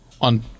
on